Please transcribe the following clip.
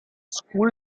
school